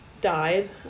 died